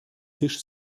tisch